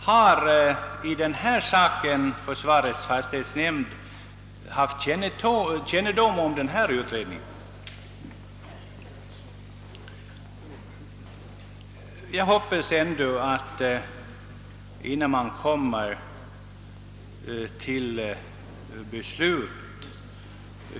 Har fastighetsnämnden haft kännedom om den utredning som nu har gjorts?